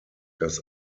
das